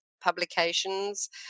publications